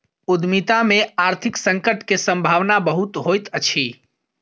उद्यमिता में आर्थिक संकट के सम्भावना बहुत होइत अछि